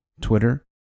Twitter